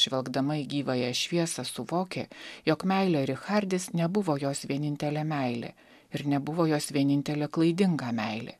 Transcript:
žvelgdama į gyvąją šviesą suvokė jog meilė richardis nebuvo jos vienintelė meilė ir nebuvo jos vienintelė klaidinga meilė